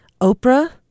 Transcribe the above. Oprah